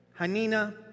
Hanina